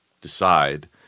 decide